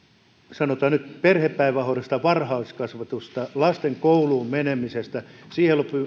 sanotaan nyt perhepäivähoidosta ja varhaiskasvatuksesta lasten kouluun menemisestä ja siellä